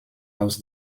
aus